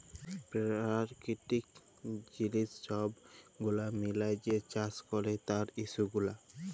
পেরাকিতিক জিলিস ছব গুলা মিলাঁয় যে চাষ ক্যরে তার ইস্যু গুলা